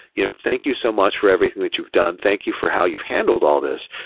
you know thank you so much for everything that you've done. thank you for how you've handled all these,